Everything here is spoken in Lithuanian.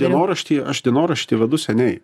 dienoraštį aš dienoraštį vedu seniai